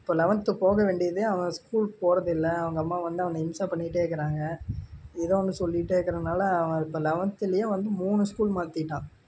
இப்போ லெவன்த்து போக வேண்டியது அவன் ஸ்கூல் போறதில்லை அவங்க அம்மா வந்து அவனை இம்சை பண்ணிகிட்டே இருக்கிறாங்க ஏதோ ஒன்று சொல்லிக்கிட்டே இருக்கிறதுனால அவன் இப்போ லெவன்த்துலேயும் வந்து மூணு ஸ்கூல் மாத்திவிட்டான்